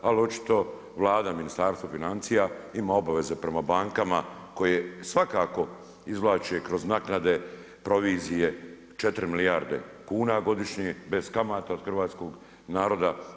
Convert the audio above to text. Ali očito Vlada, Ministarstvo financija ima obaveze prema bankama koje svakako izvlače kroz naknade, provizije 4 milijarde kuna godišnje bez kamata od hrvatskog naroda.